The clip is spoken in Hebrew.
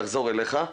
נחזור אליך.